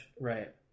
right